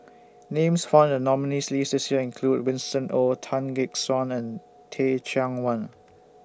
Names found in The nominees' list This Year include Winston Oh Tan Gek Suan and Teh Cheang Wan